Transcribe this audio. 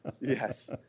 Yes